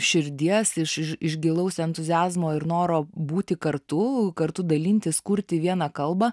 širdies iš gilaus entuziazmo ir noro būti kartu kartu dalintis kurti vieną kalbą